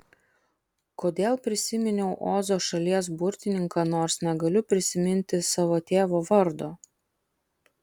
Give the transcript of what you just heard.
kodėl prisiminiau ozo šalies burtininką nors negaliu prisiminti savo tėvo vardo